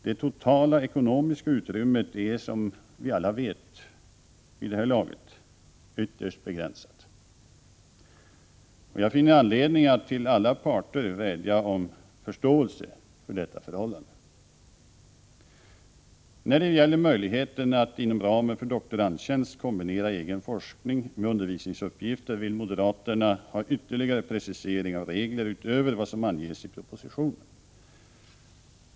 Det totala ekonomiska utrymmet är, som vi alla vid det här laget vet, ytterst begränsat. Jag finner anledning att till alla parter vädja om förståelse för detta förhållande. När det gäller möjligheten att inom ramen för doktorandtjänst kombinera egen forskning med undervisningsuppgifter vill moderaterna ha ytterligare precisering av regler utöver vad som anges i propositionen.